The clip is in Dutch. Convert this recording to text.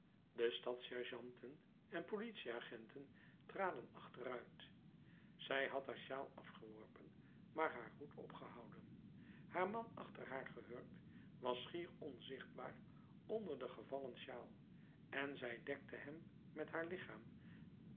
de stadssergeanten en politieagenten traden achteruit zij had haar shawl afgeworpen maar haar hoed opgehouden haar man achter haar gehurkt was schier onzichtbaar onder den gevallen shawl en zij dekte hem met haar lichaam